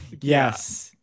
Yes